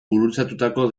gurutzatutako